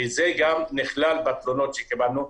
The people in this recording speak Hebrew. וזה גם נכלל בתלונות שקיבלנו.